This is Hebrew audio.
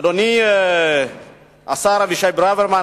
אדוני השר אבישי ברוורמן,